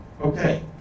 Okay